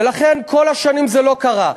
ולכן כל השנים זה לא קרה.